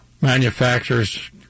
Manufacturers